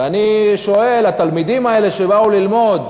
ואני שואל: התלמידים האלה שבוא ללמוד,